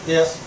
Yes